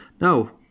Now